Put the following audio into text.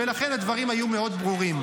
ולכן הדברים היו מאוד ברורים.